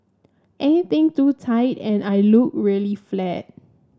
anything too tight and I look really flat